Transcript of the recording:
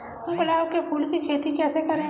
गुलाब के फूल की खेती कैसे करें?